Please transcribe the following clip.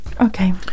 Okay